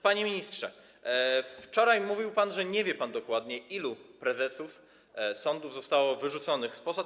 Panie ministrze, wczoraj mówił pan, że nie wie pan dokładnie, ilu prezesów sądów zostało pozbawionych posad.